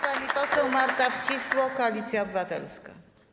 Pani poseł Marta Wcisło, Koalicja Obywatelska.